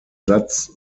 satz